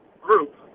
group